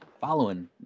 following